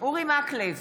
אורי מקלב,